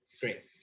Great